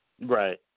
Right